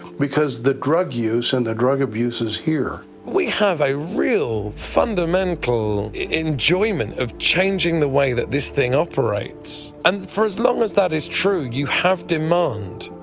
because the drug use and the drug abuse is here. we have a real fundamental enjoyment of changing the way that this thing operates and, for as long as that is true, you have demand.